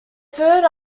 third